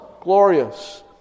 glorious